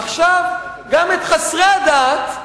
עכשיו גם את חסרי הדת,